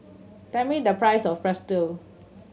tell me the price of Pretzel